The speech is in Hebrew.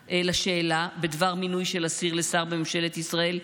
לשאלה בדבר מינוי של אסיר לשר בממשלת ישראל,